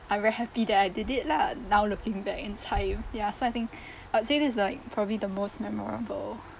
I very happy that I did it lah now looking back in time ya so I think I would say this is like probably the most memorable